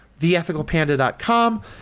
TheEthicalPanda.com